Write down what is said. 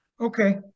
Okay